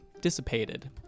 dissipated